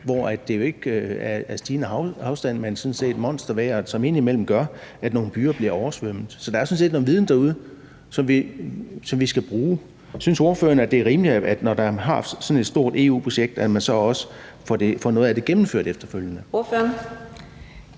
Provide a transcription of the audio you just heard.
hvor det jo ikke er stigende vandstand, men sådan set monstervejret, som indimellem gør, at nogle byer bliver oversvømmet. Så der er sådan set noget viden derude, som vi skal bruge. Synes ordføreren, det er rimeligt, når man har sådan et stort EU-projekt, at man så også får noget af det gennemført efterfølgende? Kl.